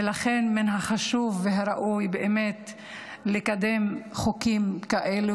ולכן מן החשוב והראוי לקדם חוקים כאלה